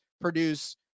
produce